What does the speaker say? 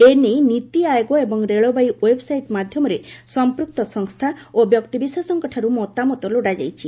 ଏନେଇ ନୀତି ଆୟୋଗ ଏବଂ railway website ମାଧ୍ୟମରେ ସମ୍ପୂକ୍ତ ସଂସ୍ଥା ଓ ବ୍ୟକ୍ତିବିଶେଷଙ୍କଠାରୁ ମତାମତ ଲୋଡ଼ାଯାଇଛି